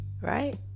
right